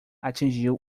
atingiu